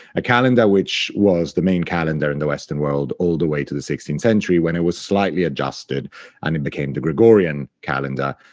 a calendar which was the main calendar in the western world all the way to the sixteenth century, when it was slightly adjusted and it became the gregorian calendar,